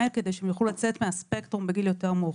האלה כדי שהם יוכלו לצאת מהספקטרום בגיל יותר מאוחר.